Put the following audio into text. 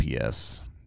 PS